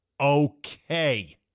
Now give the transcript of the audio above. okay